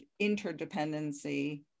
interdependency